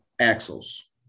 Axles